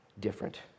different